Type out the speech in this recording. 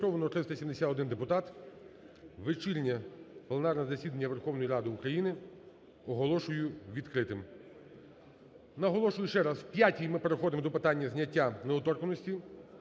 Зареєстровано 371 депутат. Вечірнє пленарне засідання Верховної Ради України оголошую відкритим. Наголошую ще раз, в 5-й ми переходимо до питання зняття недоторканності.